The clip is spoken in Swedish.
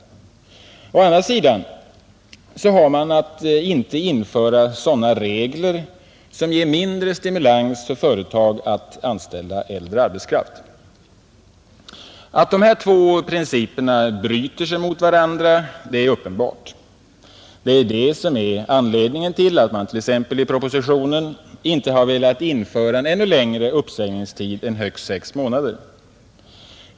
Å andra sidan har man att inte införa sådana regler som ger mindre stimulans för företag att anställa äldre arbetskraft. Att de här två principerna bryter sig mot varandra är uppenbart, och det är det som är anledningen till att man t.ex. i propositionen inte har velat införa en ännu längre uppsägningstid än högst sex månader.